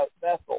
vessel